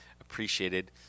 appreciated